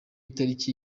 itariki